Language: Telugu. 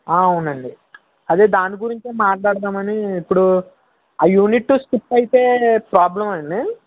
అవునండి అదే దాన్ని గురించి మాట్లాడదామని ఇప్పుడు ఆ యూనిట్ టెస్ట్ స్కిప్ అయితే ప్రాబ్లెమా అండి